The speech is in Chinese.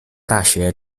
大学